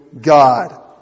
God